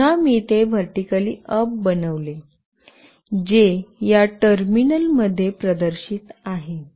आता पुन्हा मी ते व्हर्टीकली अप बनवले जे या टर्मिनल मध्ये प्रदर्शित आहे